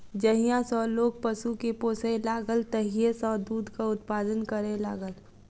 जहिया सॅ लोक पशु के पोसय लागल तहिये सॅ दूधक उत्पादन करय लागल